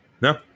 no